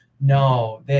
No